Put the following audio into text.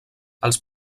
als